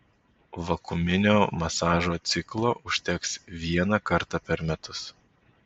vakuuminio masažo ciklo užteks vieną kartą per metus